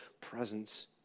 presence